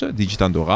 digitando